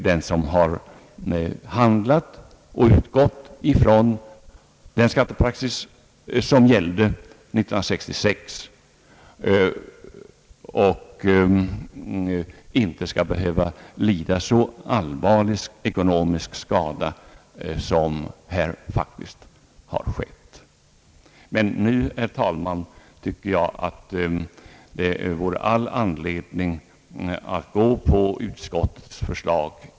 Den som har handlat och utgått ifrån den skattepraxis som gällde år 1966 skall inte behöva lida så allvarlig ekonomisk skada som här faktiskt har skett. Nu, herr talman, tycker jag att det är all anledning att biträda utskottets förslag.